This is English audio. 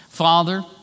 Father